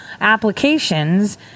applications